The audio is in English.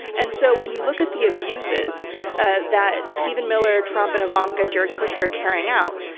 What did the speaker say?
and so when you look at the abuses ah that steven miller, trump and ivanka and jared kushner are carrying out,